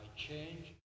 change